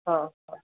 ହଁ ହଉ